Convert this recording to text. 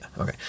Okay